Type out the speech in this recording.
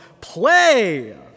play